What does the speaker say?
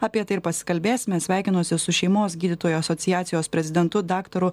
apie tai ir pasikalbėsime sveikinuosi su šeimos gydytojų asociacijos prezidentu daktaru